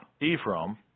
Ephraim